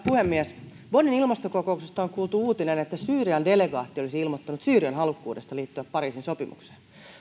puhemies bonnin ilmastokokouksesta on kuultu uutinen että syyrian delegaatti olisi ilmoittanut syyrian halukkuudesta liittyä pariisin sopimukseen